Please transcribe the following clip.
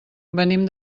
venim